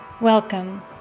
Welcome